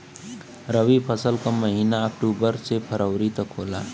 रवी फसल क महिना अक्टूबर से फरवरी तक होला